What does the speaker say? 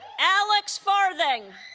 alex farthing